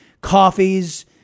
coffees